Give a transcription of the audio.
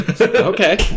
Okay